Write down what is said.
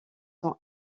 sont